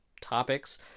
topics